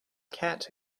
cat